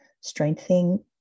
strengthening